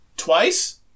Twice